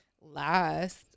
last